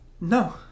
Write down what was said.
No